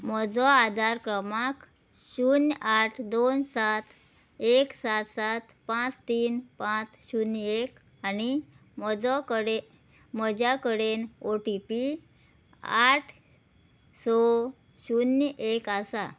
म्हजो आदार क्रमांक शुन्य आठ दोन सात एक सात सात पांच तीन पांच शुन्य एक आनी म्हजो कडे म्हज्या कडेन ओ टी पी आठ स शुन्य एक आसा